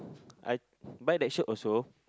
I buy that shirt also